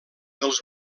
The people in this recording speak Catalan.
dels